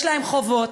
יש להם חובות,